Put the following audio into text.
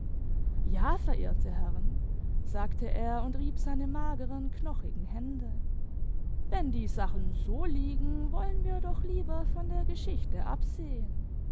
ja verehrte herren sagte er imd rieb seine mageren knochigen hände wenn die sachen so liegen wollen wir doch lieber von der geschichte absehen